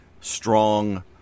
strong